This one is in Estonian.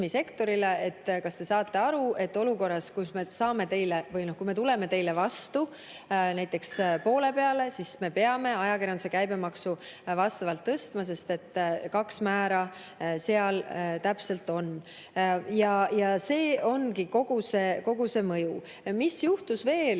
et kas te saate aru, et olukorras, kus me tuleme teile vastu näiteks poole peale, siis me peame ajakirjanduse käibemaksu vastavalt tõstma, sest kaks määra täpselt on. Ja see ongi kogu see mõju. Mis juhtus veel